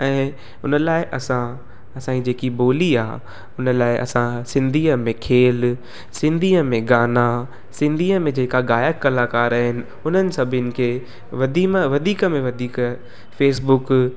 ऐं उन लाइ असां असांजी जेकी ॿोली आहे हुन लाइ असां सिंधीअ में खेल सिंधीअ में गाना सिंधीअ में जेका गाइक कलाकार आहिनि हुननि सभिनि खे वधी मां वधीक में वधीक फेसबुक